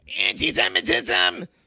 anti-Semitism